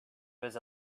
was